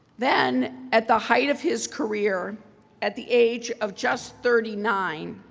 then, at the height of his career at the age of just thirty nine,